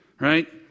right